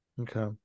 Okay